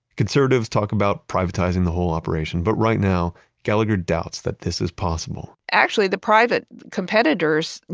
conservatives talk about privatizing the whole operation, but right now gallagher doubts that this is possible actually, the private competitors, and